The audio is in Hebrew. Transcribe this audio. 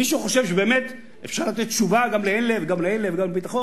מישהו חושב שבאמת אפשר לתת תשובה גם לאלה וגם לאלה וגם לביטחון?